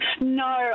No